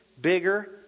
bigger